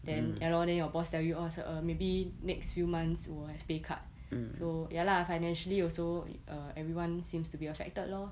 then ya lor then your boss tell you err maybe next few months will have pay cut so ya lah financially also err everyone seems to be affected lor